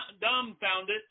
dumbfounded